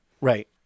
Right